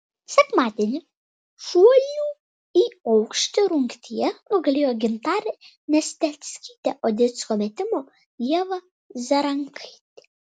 sekmadienį šuolių į aukštį rungtyje nugalėjo gintarė nesteckytė o disko metimo ieva zarankaitė